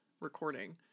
recording